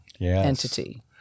entity